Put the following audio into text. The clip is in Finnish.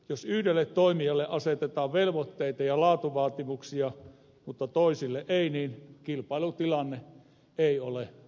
jos yhdelle toimijalle asetetaan velvoitteita ja laatuvaatimuksia mutta toisille ei niin kilpailutilanne ei ole ongelmaton